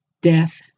death